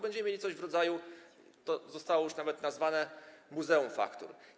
Będziemy mieli coś w rodzaju - to zostało tak już nawet nazwane - muzeum faktur.